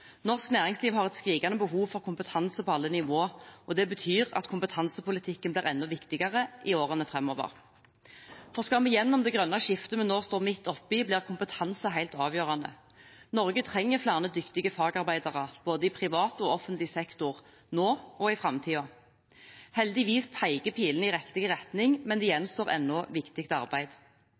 Norsk næringsliv har et skrikende behov for kompetanse på alle nivåer. Det betyr at kompetansepolitikken blir enda viktigere i årene framover. Skal vi gjennom det grønne skiftet vi nå står midt oppi, blir kompetanse helt avgjørende. Norge trenger flere dyktige fagarbeidere i både privat og offentlig sektor nå og i framtiden. Heldigvis peker pilene i riktig retning, men det gjenstår ennå viktig arbeid.